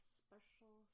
special